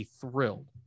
thrilled